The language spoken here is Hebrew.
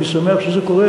אני שמח שזה קורה.